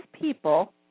people